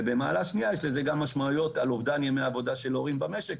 ויש לזה גם משמעויות על אובדן ימי עבודה של הורים במשק,